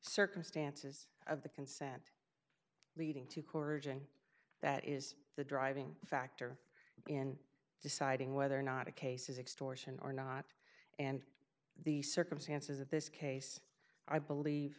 circumstances of the consent leading to corrigan that is the driving factor in deciding whether or not a case is extortion or not and the circumstances of this case i believe